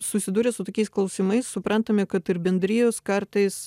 susidūrę su tokiais klausimais suprantame kad ir bendrijos kartais